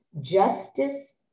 justice